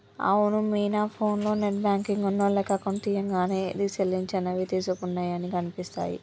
అవును మీనా ఫోన్లో net banking ఉన్నోళ్లకు అకౌంట్ తీయంగానే ఏది సెల్లించినవి తీసుకున్నయి అన్ని కనిపిస్తాయి